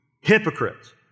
hypocrites